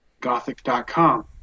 Gothic.com